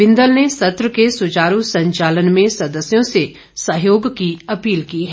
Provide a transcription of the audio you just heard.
बिंदल ने सत्र के सुचारू संचालन में सदस्यों से सहयोग की अपील की है